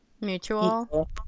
Mutual